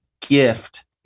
gift